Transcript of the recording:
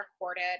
recorded